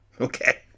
Okay